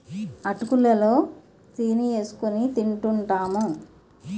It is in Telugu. అటుకులు లో సీని ఏసుకొని తింటూంటాము